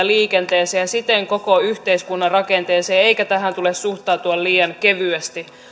liikenteeseen ja siten koko yhteiskunnan rakenteeseen eikä tähän tule suhtautua liian kevyesti